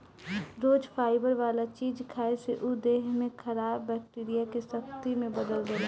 रोज fibre वाला चीज खाए से उ देह में खराब बैक्टीरिया के शक्ति में बदल देला